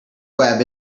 web